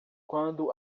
quando